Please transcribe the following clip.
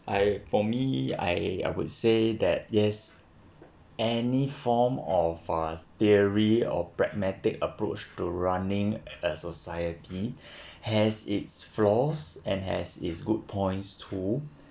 I for me I I would say that yes any form of uh theory or pragmatic approach to running a society has its flaws and has its good points too